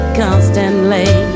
constantly